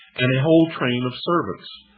and a whole train of servants.